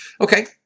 Okay